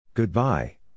Goodbye